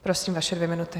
Prosím, vaše dvě minuty.